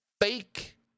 fake